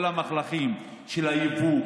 כל המהלכים של היבוא,